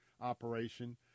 operation